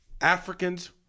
Africans